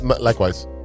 Likewise